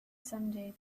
someday